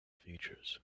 features